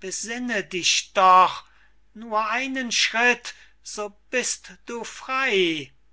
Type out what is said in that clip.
besinne dich doch nur einen schritt so bist du frey